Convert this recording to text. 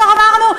כבר אמרנו,